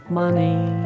money